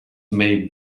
may